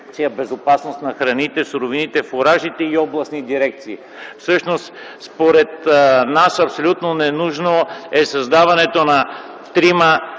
„Безопасност на храните, суровините, фуражите” и областни дирекции. Всъщност, според нас, абсолютно ненужно е създаването на